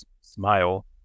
smile